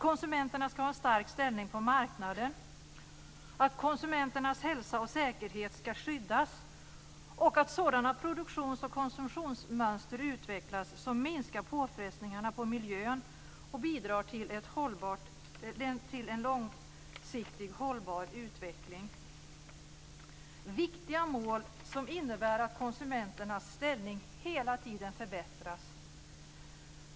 Konsumenterna skall ha en stark ställning på marknaden, och konsumenternas hälsa och säkerhet skall skyddas. Sådana produktions och konsumtionsmönster skall utvecklas som minskar påfrestningarna på miljön och bidrar till en långsiktigt hållbar utveckling. Detta är viktiga mål som innebär att konsumenternas ställning hela tiden förbättras.